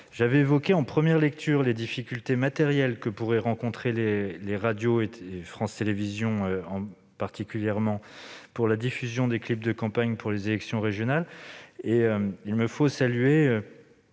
J'avais évoqué, en première lecture, les difficultés matérielles que pourraient rencontrer les radios publiques et France Télévisions pour la diffusion des clips de campagne pour les élections régionales. Il me faut saluer